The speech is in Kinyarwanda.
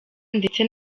ndetse